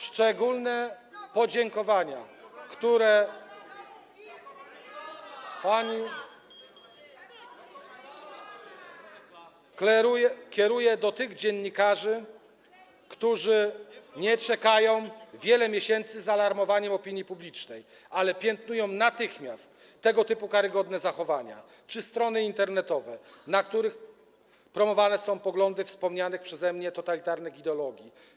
Szczególne podziękowania kieruję do tych dziennikarzy, którzy nie czekają wiele miesięcy z alarmowaniem opinii publicznej, ale piętnują natychmiast tego typu karygodne zachowania czy strony internetowe, na których promowane są poglądy dotyczące wspomnianych przeze mnie totalitarnych ideologii.